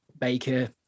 Baker